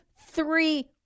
three